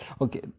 Okay